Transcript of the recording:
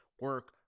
Work